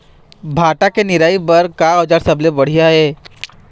भांटा के निराई बर का औजार सबले बढ़िया ये?